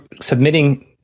submitting